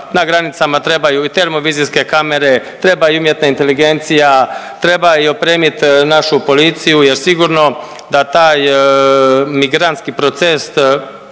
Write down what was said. na granicama trebaju i termovizijske kamere, trebaju umjetna inteligencija, treba i opremit našu policiju jer sigurno da taj migrantski proces